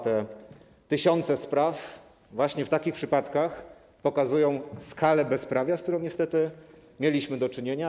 Te tysiące spraw właśnie w takich przypadkach pokazują skalę bezprawia, z którą niestety mieliśmy do czynienia.